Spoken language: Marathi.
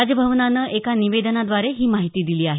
राजभवनानं एका निवेदनाद्वारे याची माहिती दिली आहे